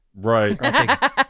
Right